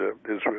Israel